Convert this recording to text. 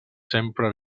sempre